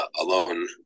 alone